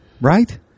Right